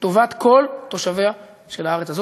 לטובת כל תושביה של הארץ הזאת,